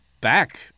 back